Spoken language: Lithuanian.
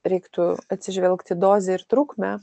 reiktų atsižvelgt į dozę ir trukmę